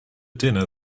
dinner